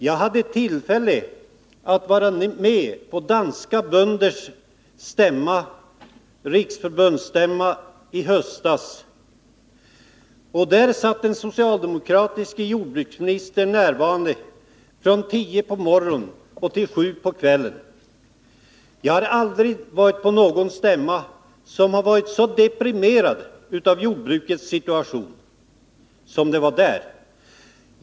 Jag hade tillfälle att i höstas vara med på den stämma som hölls av de danska böndernas riksförbund. Den socialdemokratiske jordbruksministern var närvarande från kl. 10.00 på morgonen till kl. 19.00 på kvällen. Jag har aldrig varit på någon stämma där deltagarna har varit så deprimerade av jordbrukets situation som man var där.